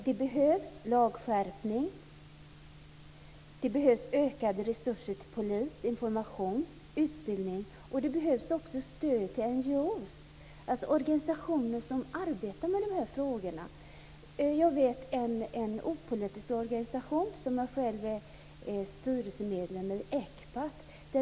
Det behövs lagskärpning, ökade resurser till polis, information, utbildning och stöd till NGO:er, alltså frivilligorganisationer som arbetar med dessa frågor. Det finns en opolitisk organisation som jag själv är styrelseledamot i, ECPAT.